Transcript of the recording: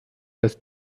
dass